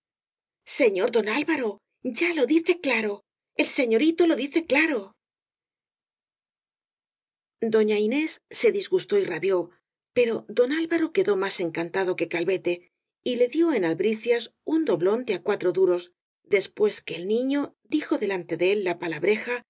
señor don alvaro ya lo dice claro el seño rito lo dice claro doña inés se disgustó y rabió pero don alvaro quedó más encantado que calvete y le dió en al bricias un doblón de á cuatro duros después que el niño dijo delante de él la palabreja